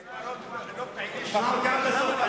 תשמע אותי עד הסוף,